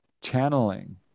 channeling